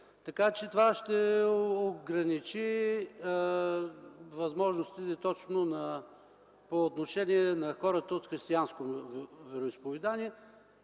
Така че това ще ограничи възможностите точно по отношение на хората от християнското вероизповедание,